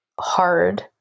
hard